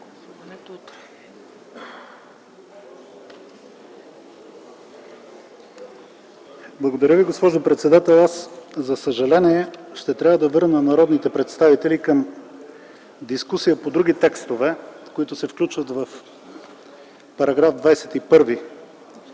Благодаря Ви, госпожо председател. За съжаление ще трябва да върна народните представители към дискусия по други текстове, които се включват в § 21